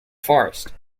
forest